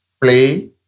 play